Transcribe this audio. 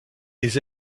des